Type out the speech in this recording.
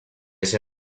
che